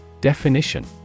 Definition